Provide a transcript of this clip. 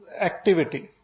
activity